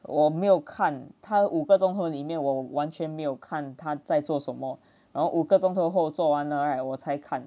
我没有看他五个钟头里面我完全没有看他在做什么然后五个钟头后做完了 right 我才看